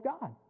God